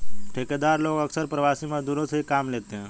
ठेकेदार लोग अक्सर प्रवासी मजदूरों से ही काम लेते हैं